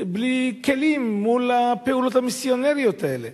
בלי כלים מול הפעולות המיסיונריות האלה?